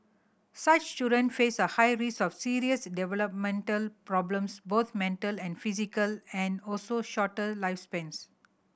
such children face a high risk of serious developmental problems both mental and physical and also shorter lifespans